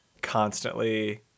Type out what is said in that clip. constantly